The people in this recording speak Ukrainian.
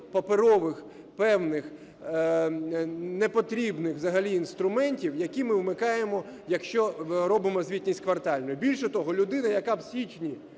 паперових певних не потрібно взагалі інструментів, які ми вмикаємо, якщо робимо звітність квартальну. Більше того, людина, яка в січні